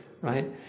right